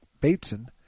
Bateson